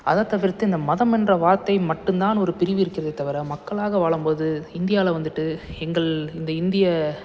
அதை தவிர்த்து இந்த மதம் என்ற வார்த்தை மட்டுந்தான் ஒரு பிரிவு இருக்கிறதே தவிர மக்களாக வாழும்போது இந்தியாவில வந்துட்டு எங்கள் இந்த இந்திய